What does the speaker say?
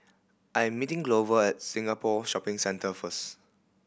I am meeting Glover at Singapore Shopping Centre first